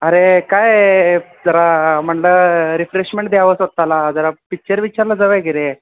अरे काय जरा म्हटलं रिफ्रेशमेंट द्यावं स्वत ला जरा पिच्चर विच्चरला जाऊया की रे